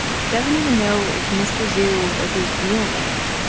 he doesn't even know if mr. zhu was his real name.